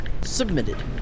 submitted